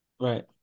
Right